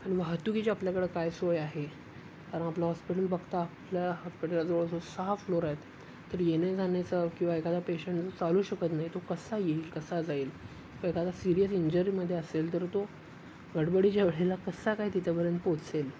आणि वाहतुकीची आपल्याकडं काय सोय आहे कारण आपलं हॉस्पिटल बघता आपल्या हॉस्पिटला जवळ जवळ सहा फ्लोर आहेत तर येण्या जाण्याचा किंवा एखादा पेशंट जो चालू शकत नाही तो कसा येईल कसा जाईल किंवा एखादा सिरीयस इंजरीमध्ये असेल तर तो गडबडीच्या वेळेला कसा काय तिथपर्यंत पोहचेल